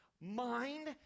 mind